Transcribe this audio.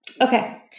Okay